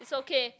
it's okay